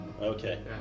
Okay